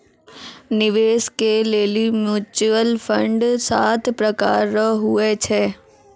निवेश के लेली म्यूचुअल फंड सात प्रकार रो हुवै छै